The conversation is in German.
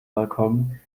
balkon